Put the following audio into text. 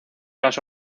las